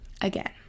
again